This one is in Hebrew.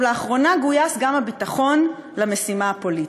לאחרונה גויס גם הביטחון למשימה הפוליטית.